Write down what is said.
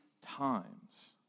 times